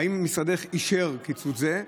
האם משרדך אישר קיצוץ זה?